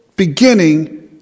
beginning